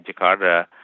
Jakarta